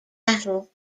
battle